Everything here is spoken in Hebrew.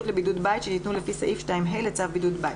לבידוד בית שניתנו לפי סעיף 2(ה) לצו בידוד בית.